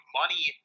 money